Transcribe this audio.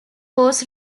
was